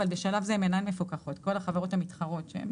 אבל בשלב זה החברות המתחרות שהן